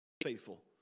faithful